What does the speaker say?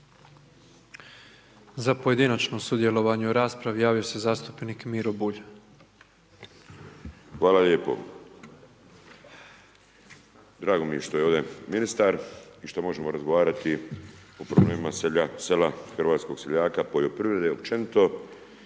Za pojedinačno sudjelovanje u raspravi, javio se zastupnik Miro Bulj. **Bulj, Miro (MOST)** Hvala lijepo. Drago mi je što je ovdje ministar i što možemo razgovarati o problemima sela, hrvatskog seljaka, poljoprivrede općenito